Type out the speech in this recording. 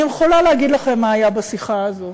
אני יכולה להגיד לכם מה היה בשיחה הזאת: